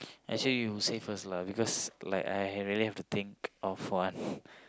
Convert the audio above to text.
actually you say first lah because like I have really to think of one